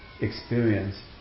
experience